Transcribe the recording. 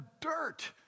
dirt